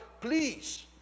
Please